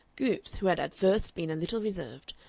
goopes, who had at first been a little reserved,